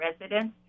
residents